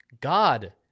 God